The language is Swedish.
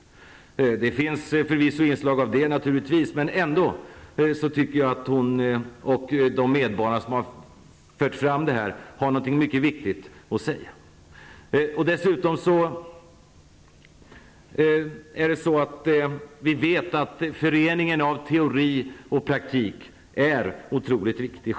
Det finns förvisso inslag av detta, naturligtvis, men jag tycker ändå att hon och de medborgare som har fört fram detta har någonting mycket viktigt att säga. Dessutom vet vi att föreningen av teori och praktik är otroligt viktig.